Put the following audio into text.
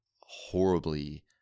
horribly